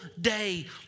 day